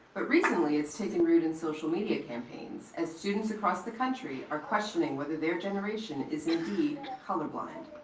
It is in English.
but recently it's taken root in social media campaigns, as students across the country are questioning whether their generation is indeed color blind.